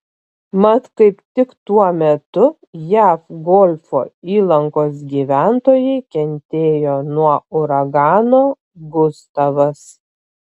mat kaip tik tuo metu jav golfo įlankos gyventojai kentėjo nuo uragano gustavas